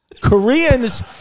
Koreans